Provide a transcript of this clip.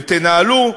ותנהלו,